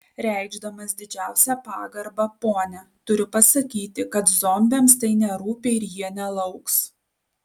reikšdamas didžiausią pagarbą ponia turiu pasakyti kad zombiams tai nerūpi ir jie nelauks